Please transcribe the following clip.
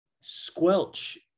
squelch